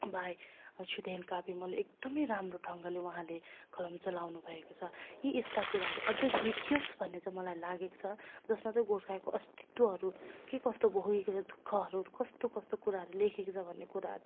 भाइ छुदेन काविमोले एकदम राम्रो ढङ्गले उहाँले कलम चलाउनु भएको छ यी यस्ता कुराहरू अझ लेखियोस् भन्ने चाहिँ मलाई लागेको छ जसमा चाहिँ गोर्खाको अस्तित्वहरू के कस्तो भोगेको छ दुःखहरू कस्तो कस्तो कुराहरू लेखेको छ भन्ने कुराहरू